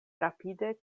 rapide